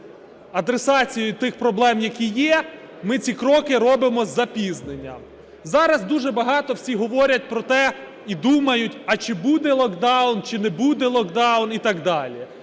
адресацією тих проблем, які є, ми ці кроки робимо із залізненням. Зараз дуже багато всі говорять про те і думають, а чи буде локдаун чи не буде локдаун і так далі.